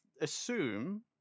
Assume